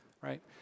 right